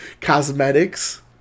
cosmetics